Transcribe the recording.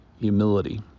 humility